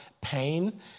pain